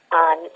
on